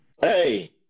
Hey